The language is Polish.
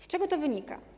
Z czego to wynika?